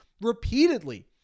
repeatedly